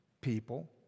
people